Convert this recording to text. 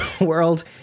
world